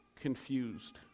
confused